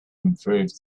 improves